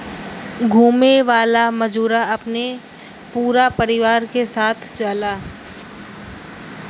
घुमे वाला मजूरा अपने पूरा परिवार के साथ जाले